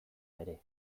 ere